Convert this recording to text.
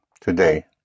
today